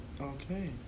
Okay